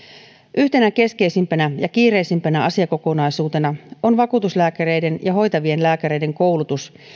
yhtenä keskeisimpänä ja kiireisimpänä asiakokonaisuutena on vakuutuslääkäreiden ja hoitavien lääkäreiden koulutus